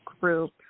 group